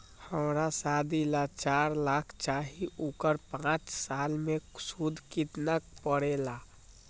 हमरा शादी ला चार लाख चाहि उकर पाँच साल मे सूद कितना परेला?